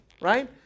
right